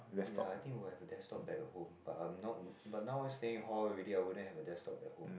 ya I think would have desktop back at home but I'm not but now staying at hall already I wouldn't have a desktop at home